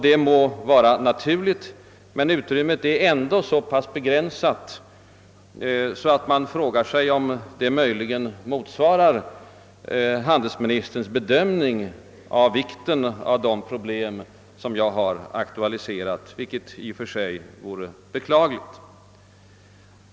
Det må vara naturligt, men utrymmet är ändå så pass begränsat att man undrar om det möjligen motsvarar handelsministerns bedömning av vikten av de problem som jag har aktualiserat, vilket vore beklagligt.